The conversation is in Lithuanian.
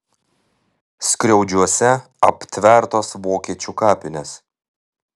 skriaudžiuose aptvertos vokiečių kapinės